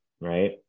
right